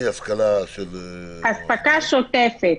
"אספקה שוטפת"